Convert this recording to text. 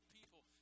people